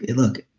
look,